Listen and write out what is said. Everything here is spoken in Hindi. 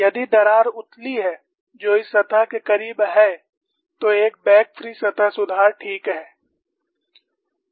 यदि दरार उथली है जो इस सतह के करीब है तो एक बैक फ्री सतह सुधार ठीक है